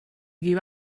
give